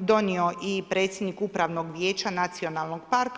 donio i predsjednik Upravnog vijeća Nacionalnog parka.